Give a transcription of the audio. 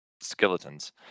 skeletons